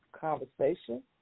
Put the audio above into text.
conversation